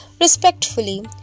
respectfully